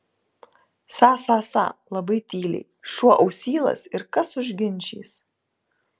sa sa sa labai tyliai šuo ausylas ir kas užginčys